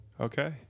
Okay